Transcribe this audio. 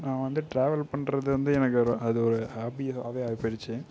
நான் வந்து டிராவல் பண்ணுறது வந்து எனக்கு ஒரு அது ஒரு ஹாபியாகவே ஆய்போய்டிச்சு